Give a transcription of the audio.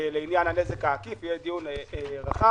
לעניין הנזק העקיף יהיה דיון רחב.